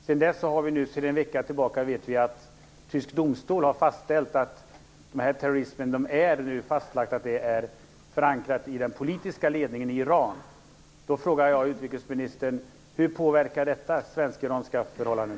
Sedan en vecka tillbaka vet vi att en tysk domstol har fastställt att det nu är fastlagt att terrorismen i Iran är förankrad i den politiska ledningen i landet. Då frågar jag utrikesministern: Hur påverkar detta svensk-iranska förhållanden?